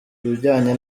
bijyanye